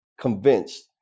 convinced